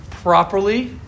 Properly